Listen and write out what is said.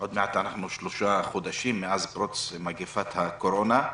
שלושה חודשים מאז פרוץ מגפת הקורונה,